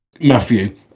Matthew